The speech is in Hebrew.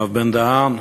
הרב בן-דהן,